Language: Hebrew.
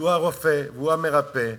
שהוא הרופא והוא המרפא,